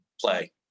play